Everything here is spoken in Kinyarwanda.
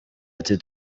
ati